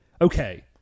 Okay